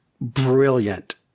brilliant